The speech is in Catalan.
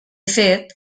fet